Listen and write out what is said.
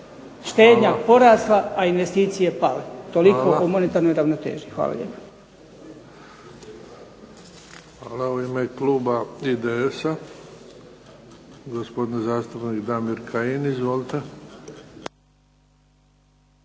štednja porasla, a investicije pale. Toliko o monetarnoj ravnoteži. Hvala lijepa. **Bebić, Luka (HDZ)** Hvala. U ime kluba IDS-a gospodin zastupnik Damir Kajin. Izvolite.